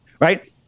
right